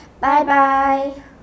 Bye-bye